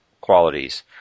qualities